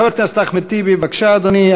חבר הכנסת טיבי, בבקשה, אדוני.